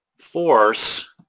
force